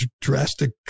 drastic